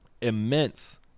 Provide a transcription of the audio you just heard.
immense